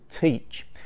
teach